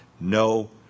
No